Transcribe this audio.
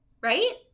right